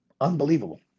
unbelievable